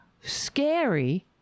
scary